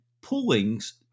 Pullings